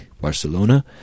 Barcelona